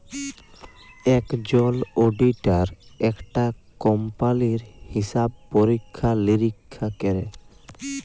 একজল অডিটার একটা কম্পালির হিসাব পরীক্ষা লিরীক্ষা ক্যরে